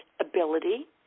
ability